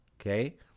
Okay